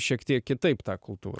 šiek tiek kitaip tą kultūrą